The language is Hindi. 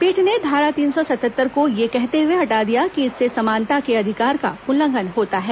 पीठ ने धारा तीन सौ सतहत्तर को यह कहते हुए हटा दिया कि इससे समानता के अधिकार का उल्लंघन होता है